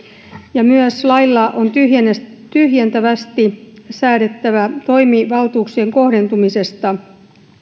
ja myös lailla on tyhjentävästi tyhjentävästi säädettävä toimivaltuuksien kohdentumisesta